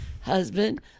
husband